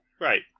Right